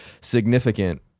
significant